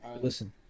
Listen